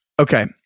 Okay